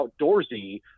outdoorsy